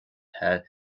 her